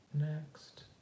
Next